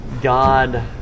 God